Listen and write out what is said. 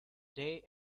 day